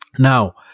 Now